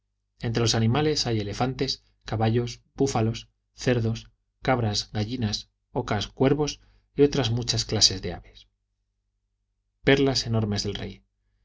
entre los animales hay elefantes caballos búfalos cerdos cabras gallinas ocas cuervos y otras muchas clases de aves perlas enormes del rey